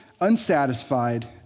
unsatisfied